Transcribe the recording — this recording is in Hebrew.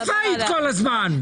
איפה היית כל הזמן?